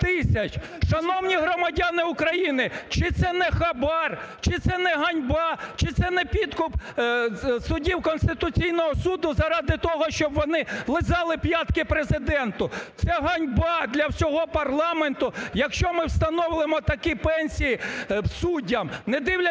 Шановні громадяни України, чи це не хабар, чи не ганьба, чи це не підкуп суддів Конституційного Суду заради того, щоб вони лизали п'ятки Президенту? Це ганьба для всього парламенту! Якщо ми встановимо такі пенсії суддям, недивлячись